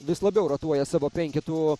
vis labiau rotuoja savo penketu